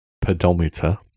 pedometer